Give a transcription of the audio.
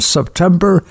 September